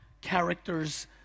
characters